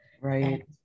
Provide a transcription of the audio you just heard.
Right